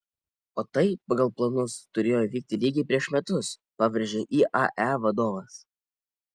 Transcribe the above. o tai pagal planus turėjo įvykti lygiai prieš metus pabrėžė iae vadovas